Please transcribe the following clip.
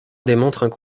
démontrent